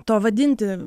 to vadinti